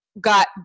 got